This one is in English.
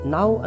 Now